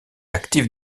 active